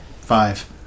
five